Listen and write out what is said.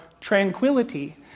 tranquility